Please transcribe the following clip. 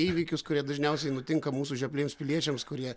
įvykius kurie dažniausiai nutinka mūsų žiopliems piliečiams kurie